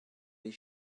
les